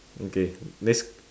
okay next